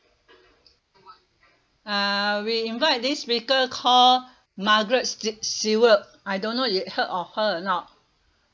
uh we invite this speaker call margaret ste~ steward I don't know you've heard of her or not